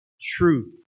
truth